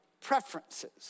preferences